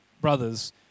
brothers